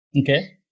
Okay